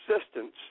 assistance